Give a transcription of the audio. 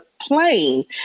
plane